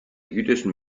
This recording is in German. jüdischen